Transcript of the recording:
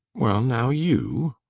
well now, you,